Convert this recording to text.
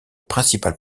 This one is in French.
principal